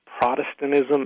Protestantism